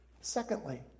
Secondly